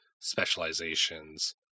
specializations